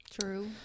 true